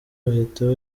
bahita